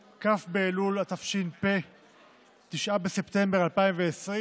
התש"ף, 9 בספטמבר 2020,